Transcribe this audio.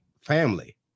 family